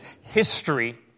history